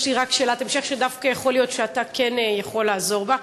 יש לי רק שאלת המשך שדווקא יכול להיות שאתה כן יכול לעזור בה,